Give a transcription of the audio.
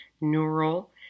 neural